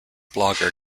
blogger